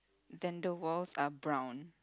then the world's are brown